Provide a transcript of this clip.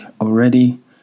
already